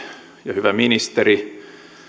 hyvä ministeri